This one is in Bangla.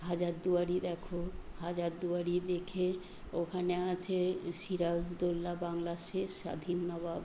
হাজারদুয়ারি দেখো হাজারদুয়ারি দেখে ওখানে আছে সিরাজউদ্দৌলা বাংলার শেষ স্বাধীন নবাব